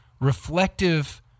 reflective